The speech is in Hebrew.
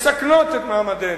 מסכנות את מעמדנו.